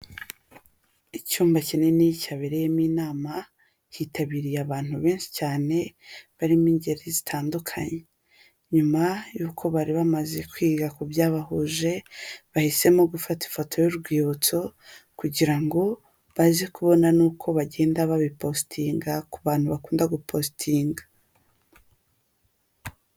Icyumba kinini cyabereyemo inama hitabiriye abantu benshi cyane barimo ingeri zitandukanye; nyuma y'uko bari bamaze kwiga ku byabahuje bahisemo gufata ifoto y'urwibutso, kugira ngo baze kubona n'uko bagenda babi positinga; ku bantu bakunda gupasitinga.